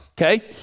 okay